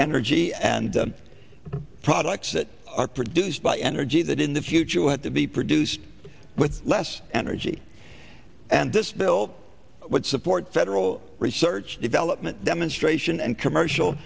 energy and products that are produced by energy that in the future will have to be produced with less energy and this bill would support federal research development demonstration and commercial